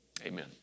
amen